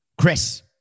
Chris